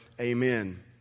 Amen